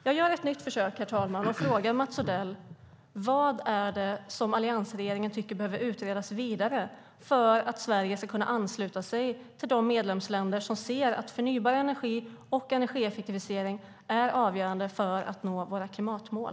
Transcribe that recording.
Jag gör ett nytt försök, herr talman, och frågar Mats Odell: Vad är det som alliansregeringen tycker behöver utredas vidare för att Sverige ska kunna ansluta sig till de medlemsländer som ser att förnybar energi och energieffektivisering är avgörande för att nå våra klimatmål?